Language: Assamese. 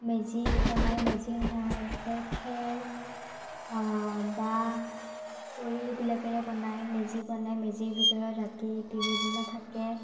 মেজি বনায় মেজি সাধাৰণতে খেৰ বাঁহ খৰি এইবিলাকেৰে বনায় মেজি বনাই মেজিৰ ভিতৰত ৰাতি বিহুৰ দিনা থাকে